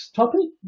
topic